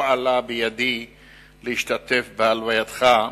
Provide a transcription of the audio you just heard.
לא עלה בידי להשתתף בהלווייתך.